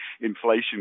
inflation